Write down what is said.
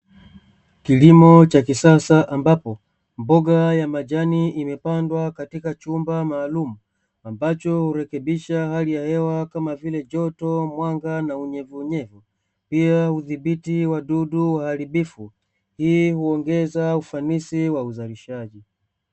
Kilimo cha kisasa ambapo mboga ya majani imepandwa katika chumba maalumu, ambacho hurekebisha hali ya hewa kama vile joto, mwanga na unyevu unyevu, pia hudhibiti wadudu waharibifu. Hiii huongeza ufanisi wa uzalishaji.